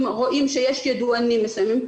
אם רואים שיש ידוענים מסוימים,